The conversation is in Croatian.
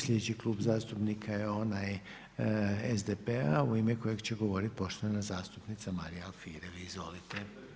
Sljedeći Klub zastupnika je onaj SDP-a u ime kojeg će govorit poštovana zastupnica Marija Alfirev, izvolite.